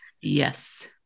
Yes